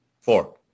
four